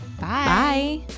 Bye